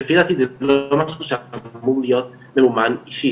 לפי דעתי זה לא משהו שאמור להיות ממומן אישית,